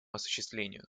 осуществлению